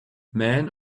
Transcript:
man